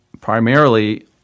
primarily –